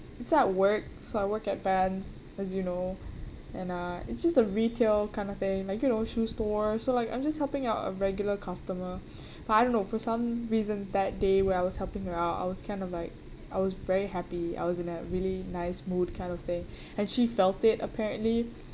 it's at work so I work at Vans as you know and uh it's just a retail kind of thing like you know shoe store so like I'm just helping out a regular customer but I don't know for some reason that day when I was helping her out I was kind of like I was very happy I was in a really nice mood kind of thing and she felt it apparently